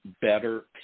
better